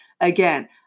again